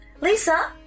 Lisa